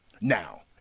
Now